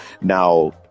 Now